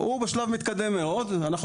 הוא בשלב מתקדם מאוד.